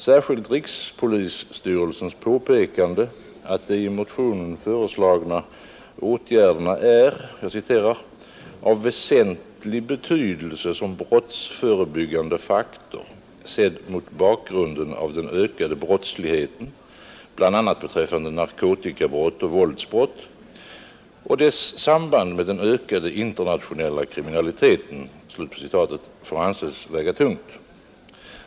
Särskilt rikspolisstyrelsens påpekande att de i motionen föreslagna åtgärderna är ”av väsentlig betydelse som brottsförebyggande faktor sedda mot bakgrunden av den ökade brottsligheten, bl.a. beträffande narkotikabrott och våldsbrott, och dess samband med den ökade internationella kriminaliteten” får anses väga tungt.